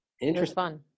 interesting